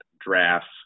drafts